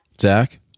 Zach